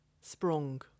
Sprung